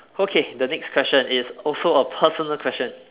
okay the next question is also a personal question